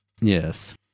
Yes